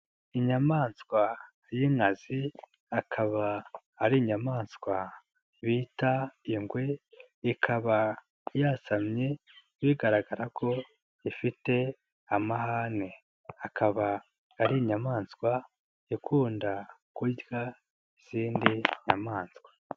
Inyamaswa y'inkazi, akaba ari inyamaswa, bita ingwe, ikaba yasamye bigaragara ko ifite amahane, akaba ari inyamaswa, ikunda kurya, izindi nyamaswa.